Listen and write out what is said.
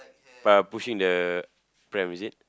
uh pushing the pram is it